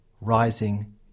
rising